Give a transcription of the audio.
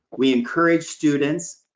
we encourage students,